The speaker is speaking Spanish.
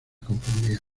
confundían